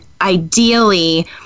ideally